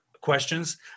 questions